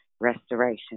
restoration